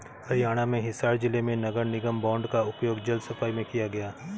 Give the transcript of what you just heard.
हरियाणा में हिसार जिले में नगर निगम बॉन्ड का उपयोग जल सफाई में किया गया